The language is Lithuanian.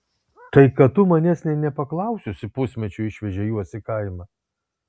tai kad tu manęs nė nepaklaususi pusmečiui išvežei juos į kaimą